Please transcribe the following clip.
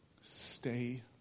Stay